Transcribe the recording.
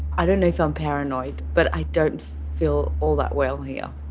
i don't know if i'm paranoid, but i don't feel all that well here.